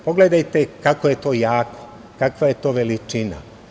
Pogledajte kako je to jako, kakva je to veličina.